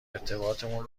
ارتباطمون